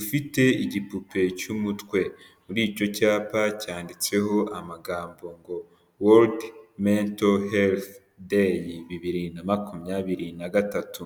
ufite igipupe cy'umutwe, muri icyo cyapa cyanditseho amagambo ngo worudi monto herifu, bibiri na makumyabiri na gatatu.